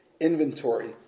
inventory